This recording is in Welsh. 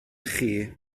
chi